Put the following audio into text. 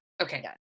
Okay